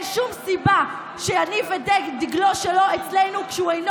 אין שום סיבה שיניף את דגלו שלו אצלנו כשהוא אינו